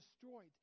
destroyed